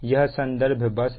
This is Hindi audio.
यह संदर्भ बस है